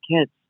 kids